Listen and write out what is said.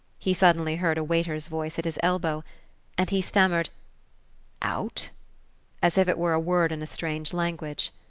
he suddenly heard a waiter's voice at his elbow and he stammered out as if it were a word in a strange language.